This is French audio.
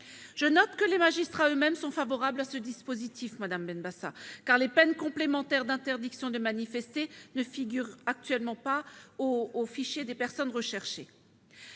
J'observe que les magistrats sont eux-mêmes favorables à ce dispositif, madame Benbassa, car les peines complémentaires d'interdiction de manifester ne figurent actuellement pas au fichier des personnes recherchées.